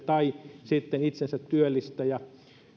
tai sitten itsensätyöllistäjänä